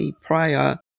prior